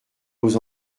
nos